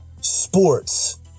sports